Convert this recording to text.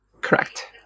Correct